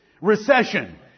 Recession